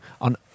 on